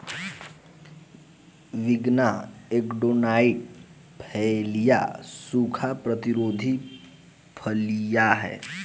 विग्ना एकोनाइट फोलिया सूखा प्रतिरोधी फलियां हैं